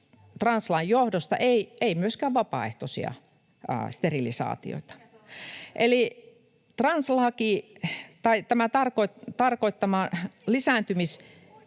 translain johdosta, ei myöskään vapaaehtoisia sterilisaatioita. Eli tämä translain